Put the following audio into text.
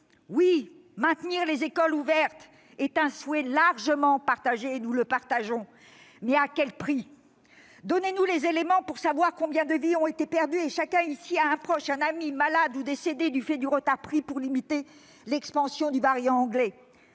Oui, maintenir les écoles ouvertes est un souhait largement partagé, et nous le partageons ; mais à quel prix ? Donnez-nous les éléments : combien de vies ont-elles été perdues ? Chacun ici a un proche ou un ami malade ou décédé du fait du retard pris pour limiter l'expansion du variant anglais.